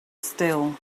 still